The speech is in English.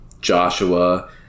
Joshua